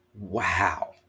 Wow